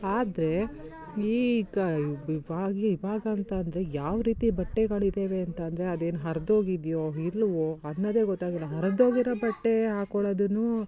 ಆದರೆ ಈಗ ಇವಾಗ ಇವಾಗಂತಂದರೆ ಯಾವ ರೀತಿ ಬಟ್ಟೆಗಳಿದಾವೆ ಅಂತ ಅಂದರೆ ಅದೇನು ಹರ್ದೋಗಿದೆಯೋ ಇಲ್ವೊ ಅನ್ನೋದೇ ಗೊತ್ತಾಗೋಲ್ಲ ಹರಿದೋಗಿರೊ ಬಟ್ಟೆ ಹಾಕ್ಕೊಳೋದು